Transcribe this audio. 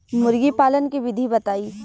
मुर्गीपालन के विधी बताई?